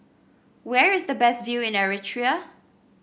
where is the best view in Eritrea